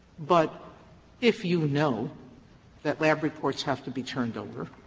but if you know that lab reports have to be turned over,